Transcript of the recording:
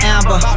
Amber